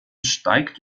steigt